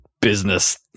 business